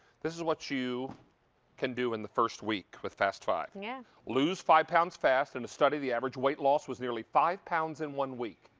this is what you can do in the first week with fast five. yeah. lose five pounds fast. in a study the average weight loss was nearly five pounds in one week.